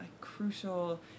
crucial